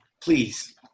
Please